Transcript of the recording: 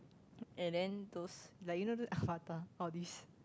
and then those like you know those Avatar all these